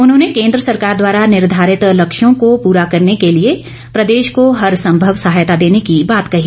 उन्होंने केंद्र सरकार द्वारा निर्धारित लक्ष्यों को पूरा करने के लिए प्रदेश को हर संभव सहायता देने की बात कही